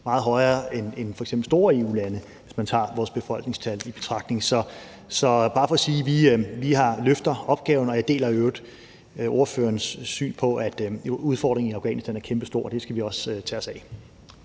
meget højere end f.eks. store EU-lande, hvis man tager vores befolkningstal i betragtning. Så det er bare for at sige, at vi løfter opgaven, og jeg deler i øvrigt ordførerens syn på, at udfordringen i Afghanistan er kæmpestor, og den skal vi også tage os af.